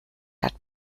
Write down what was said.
hat